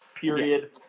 period